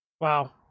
Wow